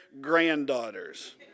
granddaughters